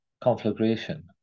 conflagration